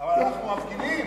אבל אנחנו מפגינים,